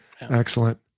Excellent